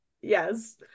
yes